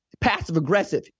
passive-aggressive